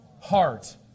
heart